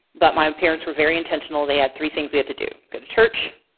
but my parents were very intentional, they had three things we had to do, go to church,